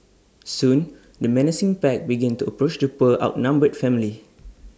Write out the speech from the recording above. soon the menacing pack began to approach the poor outnumbered family